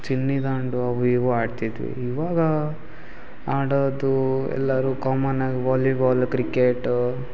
ಚಿನ್ನಿ ದಾಂಡು ಅವು ಇವು ಆಡ್ತಿದ್ವಿ ಇವಾಗ ಆಡೋದು ಎಲ್ಲರೂ ಕಾಮನಾಗಿ ವಾಲಿಬಾಲ್ ಕ್ರಿಕೆಟು